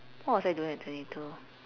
what was I doing at twenty two